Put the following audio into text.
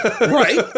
Right